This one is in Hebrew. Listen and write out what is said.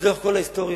לאורך כל ההיסטוריה,